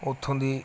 ਉੱਥੋਂ ਦੀ